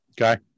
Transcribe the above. Okay